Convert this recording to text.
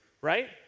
right